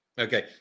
Okay